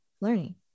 learning